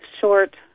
short